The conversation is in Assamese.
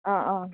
অঁ অঁ